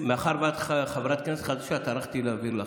מאחר שאת חברת כנסת חדשה, טרחתי להבהיר לך.